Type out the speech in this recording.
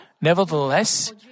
Nevertheless